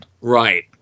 Right